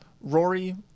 rory